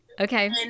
Okay